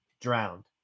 drowned